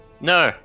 No